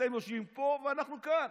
אתם יושבים פה ואנחנו כאן.